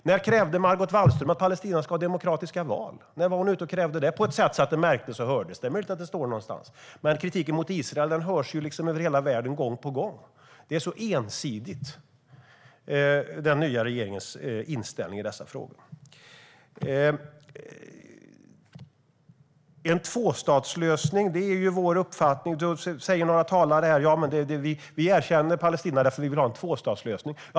När krävde Margot Wallström att Palestina ska ha demokratiska val? När krävde hon det på ett sätt som märktes och hördes? Det är möjligt att det står någonstans, men kritiken mot Israel hörs över hela världen gång på gång. Den nya regeringens inställning i dessa frågor är ensidig. Talarna här säger att de erkänner Palestina eftersom de vill ha en tvåstatslösning.